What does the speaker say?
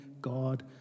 God